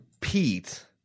Pete